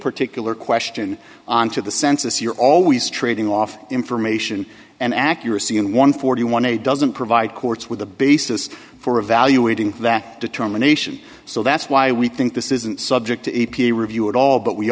particular question on to the census you're always trading off information and accuracy in one forty one day doesn't provide courts with a basis for evaluating that determination so that's why we think this isn't subject to a peer review at all but we